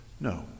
No